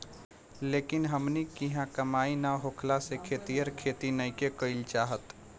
लेकिन हमनी किहाँ कमाई कम होखला से खेतिहर खेती नइखे कईल चाहत